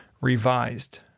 revised